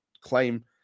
claim